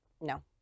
no